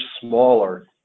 smaller